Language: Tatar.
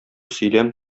сөйләм